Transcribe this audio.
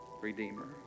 redeemer